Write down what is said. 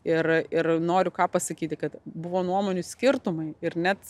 ir ir noriu ką pasakyti kad buvo nuomonių skirtumai ir net